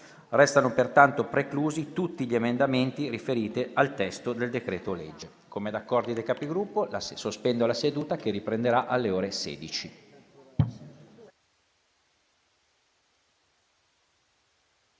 Risultano pertanto preclusi tutti gli emendamenti riferiti al testo del decreto-legge n. 131. Come da accordi tra i Capigruppo, sospendo la seduta, che riprenderà alle ore 16.